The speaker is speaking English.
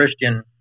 Christian